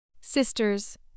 Sisters